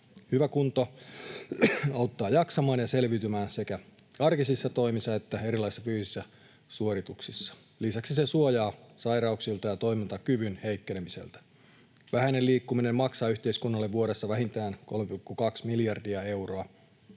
Hyvä kunto auttaa jaksamaan ja selviytymään sekä arkisissa toimissa että erilaisissa fyysisissä suorituksissa. Lisäksi se suojaa sairauksilta ja toimintakyvyn heikkenemiseltä. Vähäinen liikkuminen maksaa yhteiskunnalle vuodessa vähintään 3,2 miljardia euroa.